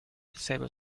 disabled